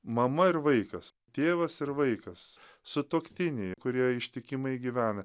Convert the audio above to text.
mama ir vaikas tėvas ir vaikas sutuoktiniai kurie ištikimai gyvena